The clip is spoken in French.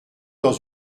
dans